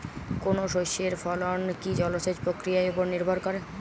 কোনো শস্যের ফলন কি জলসেচ প্রক্রিয়ার ওপর নির্ভর করে?